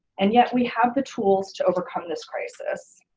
and yet we have the tools to overcome this crisis.